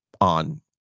on